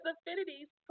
Affinities